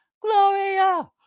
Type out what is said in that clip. Gloria